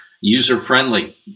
user-friendly